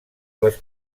les